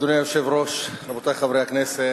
אדוני היושב-ראש, רבותי חברי הכנסת,